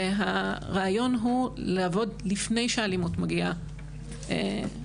הרעיון הוא לעבוד לפני שהאלימות מגיעה לחזית,